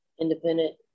Independent